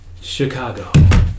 Chicago